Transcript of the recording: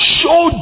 show